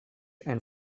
and